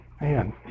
Man